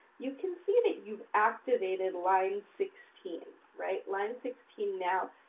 you can see that you've activated line sixteen. right? line sixteen, now,